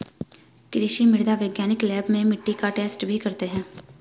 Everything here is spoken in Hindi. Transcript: कृषि मृदा वैज्ञानिक लैब में मिट्टी का टैस्ट भी करते हैं